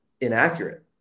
inaccurate